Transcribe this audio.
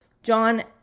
John